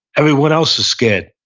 everyone else is scared.